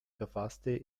verfasste